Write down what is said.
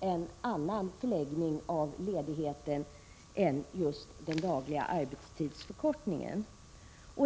en annan förläggning av ledigheten än just den dagliga arbetstidsförkortningen.